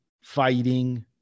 fighting